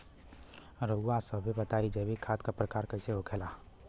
रउआ सभे बताई जैविक खाद क प्रकार के होखेला?